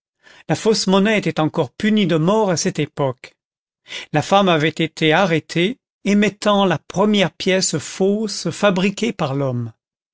la fausse monnaie était encore punie de mort à cette époque la femme avait été arrêtée émettant la première pièce fausse fabriquée par l'homme